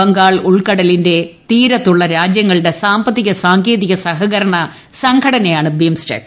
ബംഗാൾ ഉൾക്കടലിന്റെ തീരത്തുള്ള രാജ്യങ്ങളുടെ സാമ്പത്തിക സാങ്കേതിക സഹകരണ സംഘടനയാണ് ബിംസ്റ്റെക്